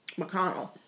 McConnell